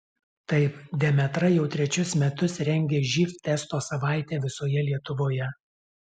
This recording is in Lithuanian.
taip demetra jau trečius metus rengia živ testo savaitę visoje lietuvoje